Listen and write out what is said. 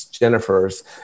Jennifer's